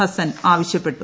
ഹസൻ ആവശ്യപ്പെട്ടു